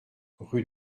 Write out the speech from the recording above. rue